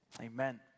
Amen